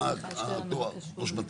ראש מטה,